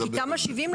כי תמ"א 70,